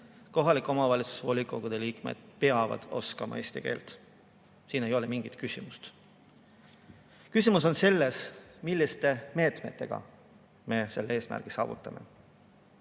kohalike omavalitsuste volikogude liikmed peavad oskama eesti keelt. Siin ei ole mingit küsimust. Küsimus on selles, milliste meetmetega me selle eesmärgi saavutame.